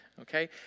okay